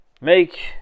Make